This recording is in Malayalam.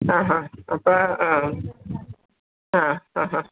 ആഹാ അപ്പം ആ ആ ആഹാ